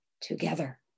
together